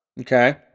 Okay